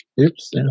Oops